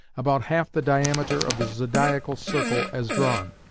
about half the diameter of the zodiacal circle as drawn,